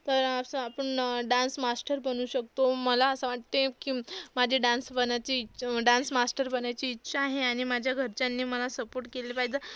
तर असं आपण डान्स मास्टर बनू शकतो मला असं वाटते की माझे डान्स बनाची ईच डान्स मास्टर बनायची इच्छा आहे आणि माझ्या घरच्यांनी मला सपोर्ट केले पाहिजे